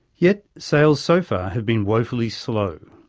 yet sales so far have been woefully slow.